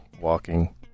walking